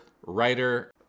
writer